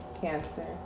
Cancer